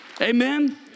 Amen